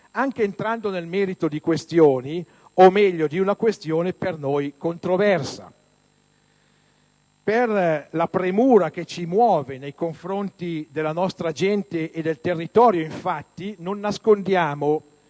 anche entrando nel merito di questioni o meglio di una questione per noi controversa. Per la premura che ci muove nei confronti della nostra gente e del territorio, infatti, non nascondiamo